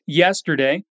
yesterday